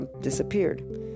disappeared